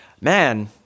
man